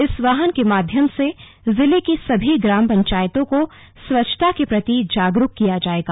इस वाहन के माध्यम से जिले की सभी ग्राम पंचायतों को स्वच्छता के प्रति जागरूक किया जायेगा